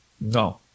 No